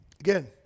Again